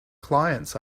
clients